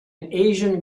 asian